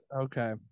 Okay